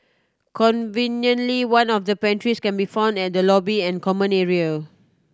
conveniently one of the pantries can be found at the lobby and common area